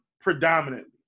predominantly